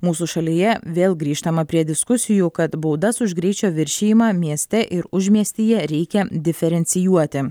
mūsų šalyje vėl grįžtama prie diskusijų kad baudas už greičio viršijimą mieste ir užmiestyje reikia diferencijuoti